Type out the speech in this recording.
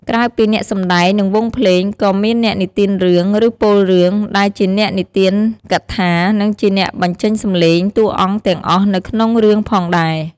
ក្រៅពីអ្នកសម្ដែង និងវង់ភ្លេង ក៏មានអ្នកនិទានរឿង ឬពោលរឿង ដែលជាអ្នកនិទានកថានិងជាអ្នកបញ្ចេញសំឡេងតួអង្គទាំងអស់នៅក្នុងរឿងផងដែរ។